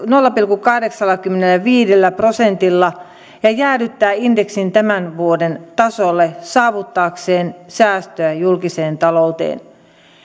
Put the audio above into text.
nolla pilkku kahdeksallakymmenelläviidellä prosentilla ja jäädyttää indeksin tämän vuoden tasolle saavuttaakseen säästöjä julkiseen talouteen